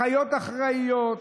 אחיות אחראיות,